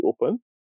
open